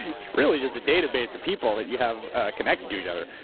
it's really just a database of people that you have connected to each other,